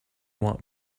want